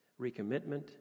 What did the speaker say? recommitment